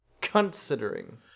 Considering